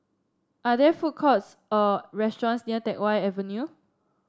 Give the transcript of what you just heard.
are there food courts or restaurants near Teck Whye Avenue